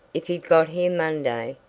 if he'd got here monday,